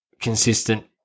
consistent